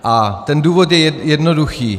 A ten důvod je jednoduchý.